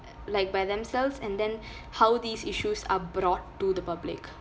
like by themselves and then how these issues are brought to the public